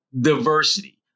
diversity